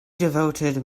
devoted